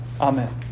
Amen